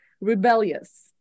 rebellious